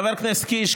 חבר הכנסת קיש,